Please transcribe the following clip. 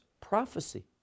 prophecy